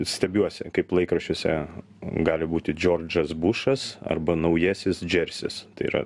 stebiuosi kaip laikraščiuose gali būti džordžas bušas arba naujasis džersis tai yra